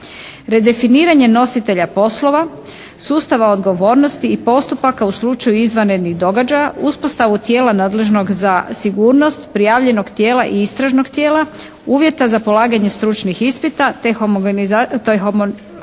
Redefiniranje nositelja poslova, sustava odgovornosti i postupaka u slučaju izvanrednih događaja, uspostavu tijela nadležnog za sigurnost, prijavljenog tijela i istražnog tijela, uvjeta za polaganje stručnih ispita te homonizaciju